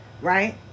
right